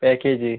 package